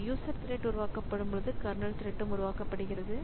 ஒரு user thread உருவாக்கப்படும் போது கர்னல் த்ரெட்ம் உருவாக்கப்படுகிறது